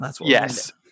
Yes